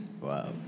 Wow